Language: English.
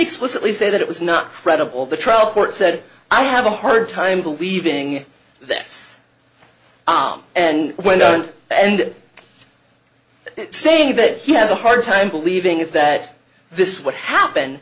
explicitly say that it was not credible the trial court said i have a hard time believing that and went on and say that he has a hard time believing if that this would happen